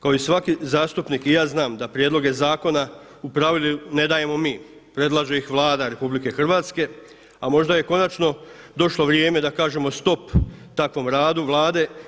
Kao i svaki zastupnik i ja znam da prijedloge zakona u pravilu ne dajemo mi, predlaže ih Vlada RH, a možda je konačno došlo vrijeme da kažemo stop takvom radu Vlade.